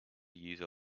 user